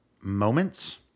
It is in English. moments